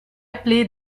play